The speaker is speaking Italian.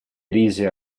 rise